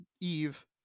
Eve